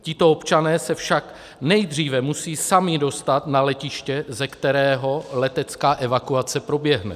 Tito občané se však nejdříve musí sami dostat na letiště, ze kterého letecká evakuace proběhne.